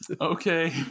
Okay